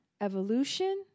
Evolution